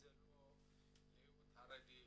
חרדי,